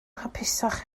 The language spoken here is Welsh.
hapusach